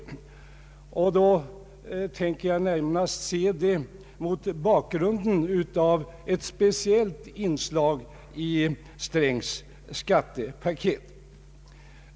Jag tänker då närmast se det mot bakgrunden av ett speciellt inslag i herr Strängs skattepaket.